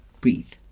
Breathe